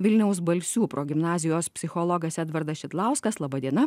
vilniaus balsių progimnazijos psichologas edvardas šidlauskas laba diena